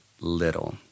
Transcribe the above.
little